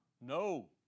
No